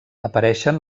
apareixen